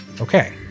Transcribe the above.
Okay